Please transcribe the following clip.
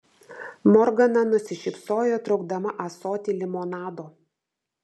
morgana nusišypsojo traukdama ąsotį limonado